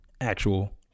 actual